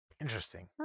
Interesting